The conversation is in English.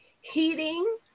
heating